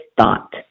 thought